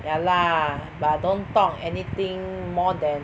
ya lah but don't talk anything more than